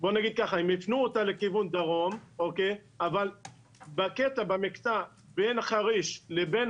הפנו אותה לכיוון דרום אבל במקטע בין חריש לבין